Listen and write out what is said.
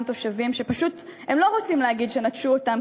תושבים שפשוט לא רוצים להגיד שנטשו אותם,